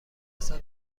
وسط